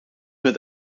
met